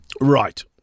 Right